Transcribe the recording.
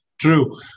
True